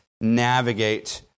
navigate